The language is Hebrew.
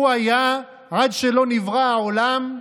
הוא היה עד שלא נברא העולם,